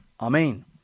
Amen